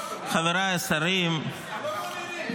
חבריי השרים -- לא מעוניינים לשמוע אותו.